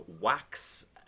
wax